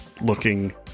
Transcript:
looking